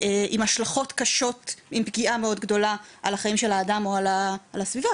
עם השלכות קשות עם פגיעה מאוד גדולה על החיים של האדם או עם הסביבה,